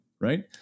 right